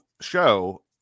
show